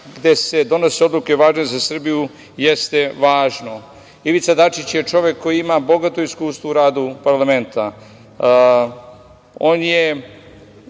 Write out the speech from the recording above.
gde se donose odluke važne za Srbiju, jeste važno. Ivica Dačić je čovek koji ima bogato iskustvo u radu parlamenta. On je